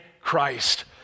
Christ